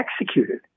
executed